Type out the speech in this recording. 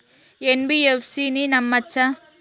NBFC ని నమ్మచ్చా?